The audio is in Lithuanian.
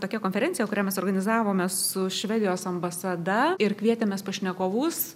tokia konferencija kurią mes organizavome su švedijos ambasada ir kvietėmės pašnekovus